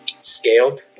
scaled